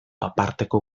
aparteko